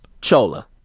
Chola